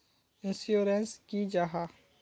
Insurance की जाहा?